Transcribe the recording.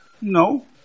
No